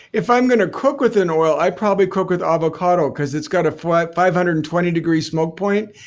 if i'm going to cook with an oil, i probably cook with avocado because it's got a five five hundred and twenty degree smoke point.